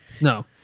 No